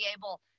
able